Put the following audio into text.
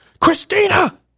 Christina